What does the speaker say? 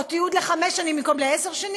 או תיעוד לחמש שנים במקום לעשר שנים?